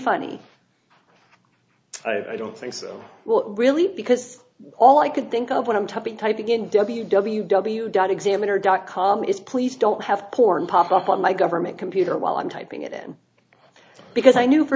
funny i don't think so well really because all i could think of when i'm typing typing in w w w dot examiner dot com is please don't have porn pop up on my government computer while i'm typing it in because i knew for